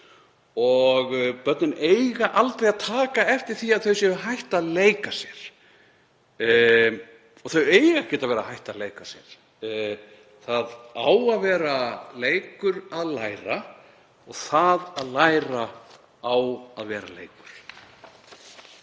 Börnin eiga aldrei að taka eftir því að þau séu hætt að leika sér. Þau eiga ekkert að vera hætt að leika sér. Það á að vera leikur að læra og það að læra á að vera leikur.